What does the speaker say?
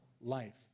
life